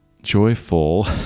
joyful